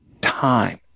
time